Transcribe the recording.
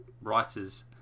writers